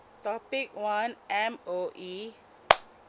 topic one M_O_E